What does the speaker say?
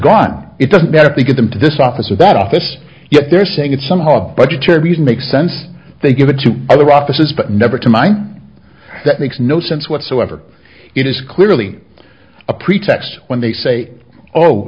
gone it doesn't matter if they get them to this office or that office yet they're saying it's somehow a budgetary reason makes sense they give it to other offices but never to mine that makes no sense whatsoever it is clearly a pretext when they say oh